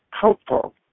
helpful